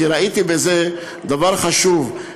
כי ראיתי בזה דבר חשוב.